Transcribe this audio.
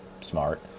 smart